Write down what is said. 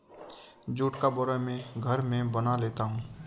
जुट का बोरा मैं घर में बना लेता हूं